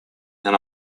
and